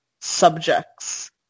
subjects